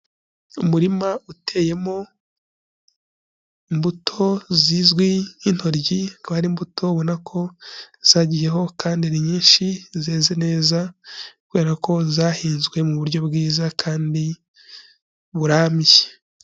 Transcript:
Umurima uteyemo imbuto zizwi nk'intoryi, akaba ari imbuto ubona ko zagiyeho kandi ni nyinshi zeze neza kubera ko zahinzwe mu buryo bwiza kandi burambye.